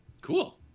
Cool